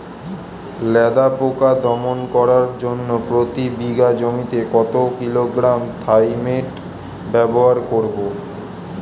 লেদা পোকা দমন করার জন্য প্রতি বিঘা জমিতে কত কিলোগ্রাম থাইমেট ব্যবহার করব?